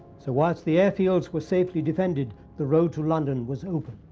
so whilst the airfields were safely defended, the road to london was open.